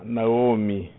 Naomi